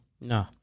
No